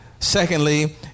Secondly